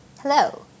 Hello